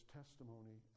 testimony